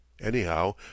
anyhow